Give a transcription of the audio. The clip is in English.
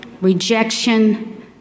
rejection